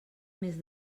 més